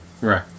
Right